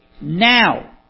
now